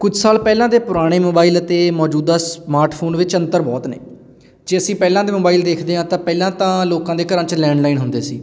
ਕੁਝ ਸਾਲ ਪਹਿਲਾਂ ਦੇ ਪੁਰਾਣੇ ਮੋਬਾਈਲ ਅਤੇ ਮੌਜੂਦਾ ਸਮਾਰਟਫੋਨ ਵਿੱਚ ਅੰਤਰ ਬਹੁਤ ਨੇ ਜੇ ਅਸੀਂ ਪਹਿਲਾਂ ਦੇ ਮੋਬਾਈਲ ਦੇਖਦੇ ਹਾਂ ਤਾਂ ਪਹਿਲਾਂ ਤਾਂ ਲੋਕਾਂ ਦੇ ਘਰਾਂ 'ਚ ਲੈਂਡਲਾਈਨ ਹੁੰਦੇ ਸੀ